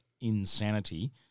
insanity